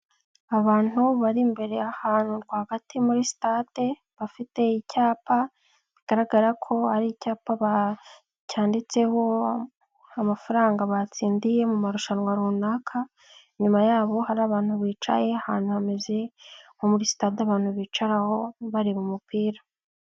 Abantu bari imbere ahantu rwagati muri sitade bafite icyapa bigaragara ko ari icyapa cyanditseho amafaranga batsindiye mu marushanwa runaka, inyuma yabo hari abantu bicaye ahantu hameze nko muri sitade abantu bicaraho bareba umupira.